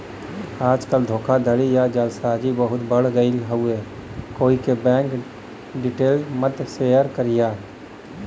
आजकल धोखाधड़ी या जालसाजी बहुते बढ़ गयल हउवे कोई क बैंक डिटेल मत शेयर करिहा